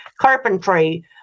carpentry